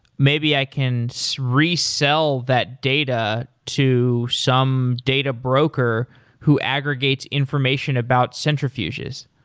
maybe i can so resell that data to some data broker who aggregates information about centrifuges.